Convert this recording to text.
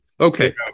Okay